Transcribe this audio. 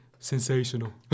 Sensational